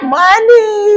money